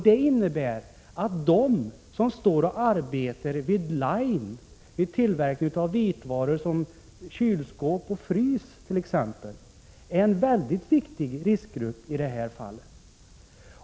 Det innebär att de som står och arbetar vid ”line” vid tillverkning av vitvaror som kylskåp och frysar t.ex. är en väldigt viktig riskgrupp.